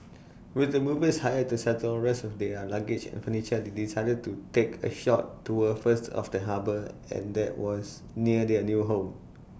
with the movers hired to settle the rest of their luggage and furniture they decided to take A short tour first of the harbour and that was near their new home